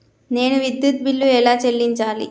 నేను విద్యుత్ బిల్లు ఎలా చెల్లించాలి?